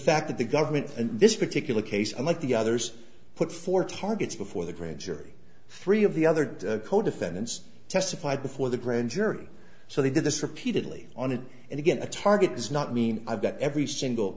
fact that the government in this particular case unlike the others put four targets before the grand jury three of the other co defendants testified before the grand jury so they did this repeatedly on it and again a target does not mean i've got every single